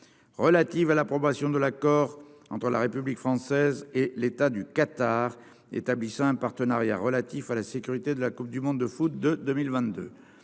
relatives à l'approbation de l'accord entre la République française et l'État du Qatar, établissant un partenariat relatif à la sécurité de la Coupe du monde de foot de 2022